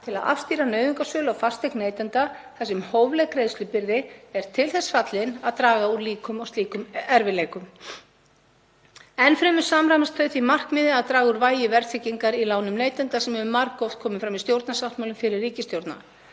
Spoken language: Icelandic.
til að afstýra nauðungarsölu á fasteign neytanda þar sem hófleg greiðslubyrði er til þess fallin að draga úr líkum á slíkum erfiðleikum. Enn fremur samræmast þau því markmiði að draga úr vægi verðtryggingar í lánum neytenda sem hefur margoft komið fram í stjórnarsáttmálum fyrri ríkisstjórna.